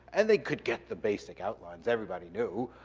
and they could get the basic outlines, everybody knew.